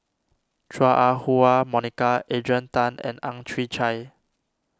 Chua Ah Huwa Monica Adrian Tan and Ang Chwee Chai